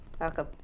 Welcome